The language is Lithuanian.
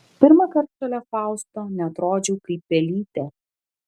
pirmąkart šalia fausto neatrodžiau kaip pelytė